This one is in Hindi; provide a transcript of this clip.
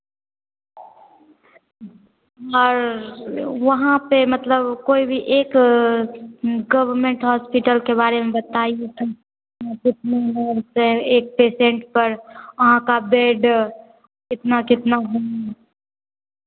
और वहाँ पर मतलब कोई भी एक गभमेंट हॉस्पिटल के बारे में बताइए तो एक पेसेन्ट पर वहाँ का बेड कितना कितना